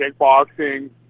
kickboxing